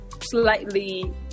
slightly